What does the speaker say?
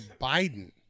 Biden